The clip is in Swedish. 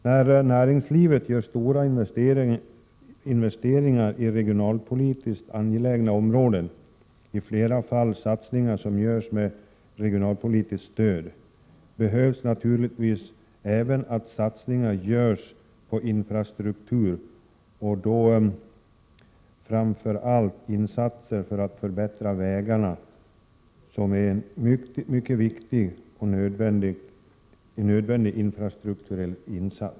När näringslivet gör stora investeringar i regionalpolitiskt angelägna områden, i flera fall satsningar som görs med regionalpolitiskt stöd, måste naturligtvis satsningar göras även på infrastrukturen, och då är framför allt insatser för att förbättra vägarna en mycket viktig och nödvändig åtgärd.